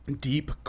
deep